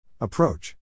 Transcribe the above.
Approach